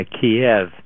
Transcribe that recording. Kiev